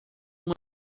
uma